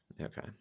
Okay